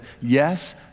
yes